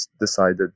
decided